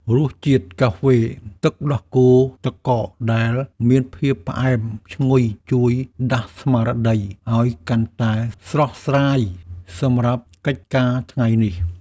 រសជាតិកាហ្វេទឹកដោះគោទឹកកកដែលមានភាពផ្អែមឈ្ងុយជួយដាស់ស្មារតីឱ្យកាន់តែស្រស់ស្រាយសម្រាប់កិច្ចការថ្ងៃនេះ។